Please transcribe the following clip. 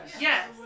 Yes